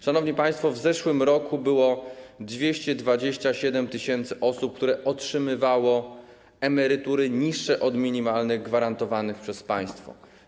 Szanowni państwo, w zeszłym roku było 227 tys. osób, które otrzymywały emerytury niższe od minimalnych gwarantowanych przez państwo.